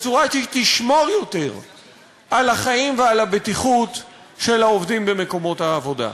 בצורה שתשמור יותר על החיים ועל הבטיחות של העובדים במקומות העבודה.